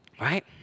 Right